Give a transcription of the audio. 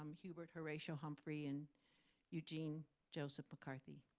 um hubert horatio humphrey and eugene joseph mccarthy.